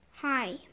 Hi